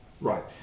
Right